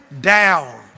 down